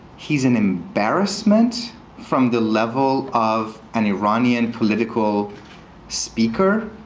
he's an embarrassment from the level of an iranian political speaker.